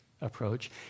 approach